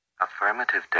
Affirmative